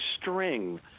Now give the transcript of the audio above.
string—